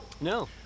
No